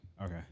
Okay